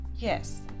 Yes